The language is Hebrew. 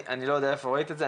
אני לא יודע איפה ראית את זה,